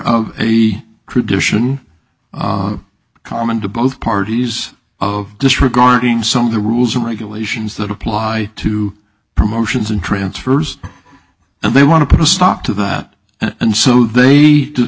of a tradition common to both parties of disregarding some of the rules and regulations that apply to promotions and transfers and they want to put a stop to that and so they